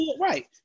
right